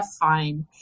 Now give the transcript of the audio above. fine